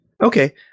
Okay